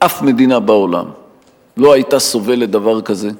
אף מדינה בעולם לא היתה סובלת דבר כזה.